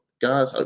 guys